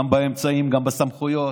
גם באמצעים, גם בסמכויות.